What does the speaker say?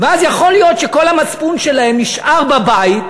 ואז יכול להיות שכל המצפון שלהם נשאר בבית,